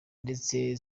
ndetse